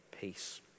peace